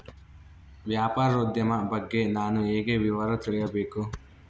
ವ್ಯಾಪಾರೋದ್ಯಮ ಬಗ್ಗೆ ನಾನು ಹೇಗೆ ವಿವರ ತಿಳಿಯಬೇಕು?